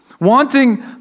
Wanting